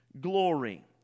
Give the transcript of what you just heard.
glory